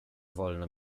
wolno